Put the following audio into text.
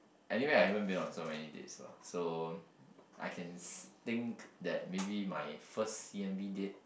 anyway I haven't been on so many dates lah so I can see think that maybe my first C_N_B date